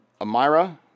Amira